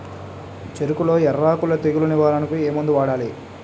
చెఱకులో ఎర్రకుళ్ళు తెగులు నివారణకు ఏ మందు వాడాలి?